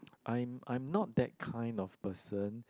I'm I'm not that kind of person